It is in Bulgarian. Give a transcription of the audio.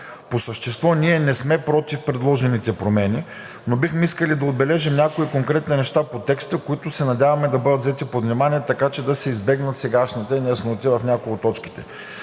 По същество ние не сме против предложените промени, но бихме искали да отбележим някои конкретни неща по текста, които се надяваме да бъдат взети под внимание, така че да се избегнат сегашните неясноти в някои от точките.